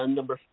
Number